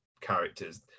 characters